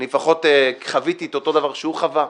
אני לפחות חוויתי את אותו דבר שהוא חווה.